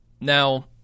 now